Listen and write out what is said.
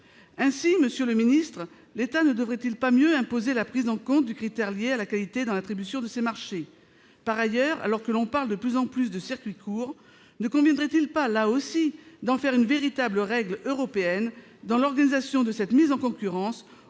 la secrétaire d'État, l'État ne devrait-il pas mieux imposer la prise en compte du critère lié à la qualité dans l'attribution de ces marchés ?